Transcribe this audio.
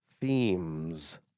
themes